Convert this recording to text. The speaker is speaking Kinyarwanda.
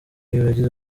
yagize